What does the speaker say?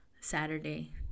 Saturday